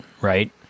right